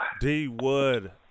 D-Wood